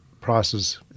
prices